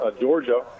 Georgia